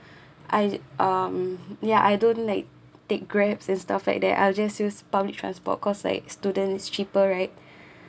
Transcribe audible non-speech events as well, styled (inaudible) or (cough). (breath) I um yeah I don't like take Grabs and stuff like that I'll just use public transport cause like student is cheaper right (breath)